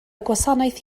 gwasanaeth